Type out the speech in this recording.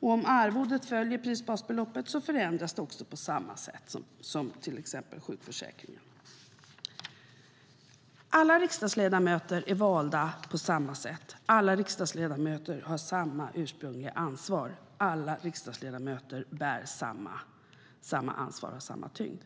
och om arvodet följer prisbasbeloppet förändras det också på samma sätt som till exempel sjukförsäkringen. Alla riksdagsledamöter är valda på samma sätt. Alla riksdagsledamöter har samma ursprungliga ansvar. Alla riksdagsledamöter bär samma ansvar och samma tyngd.